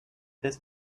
this